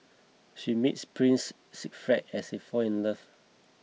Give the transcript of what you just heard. she meets Prince Siegfried as they fall in love